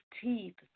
teeth